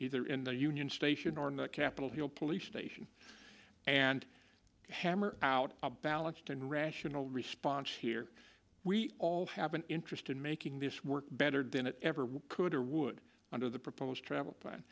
either in the union station or in the capitol hill police station and hammer out a balanced and rational response here we all have an interest in making this work better than it ever could or would under the proposed travel